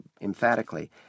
emphatically